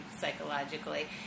psychologically